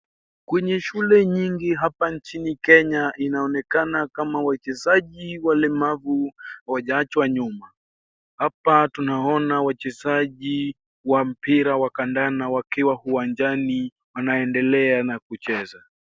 Kwenye shule nyingi hapa nchini Kenya inaonekana kama wachezaji walemavu hawajaachwa nyuma. Hapa tunaona wachezaji wa mpira wa kandanda wakiwa uwanjani wanaendelea na kucheza.